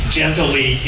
gently